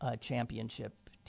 championship